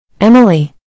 Emily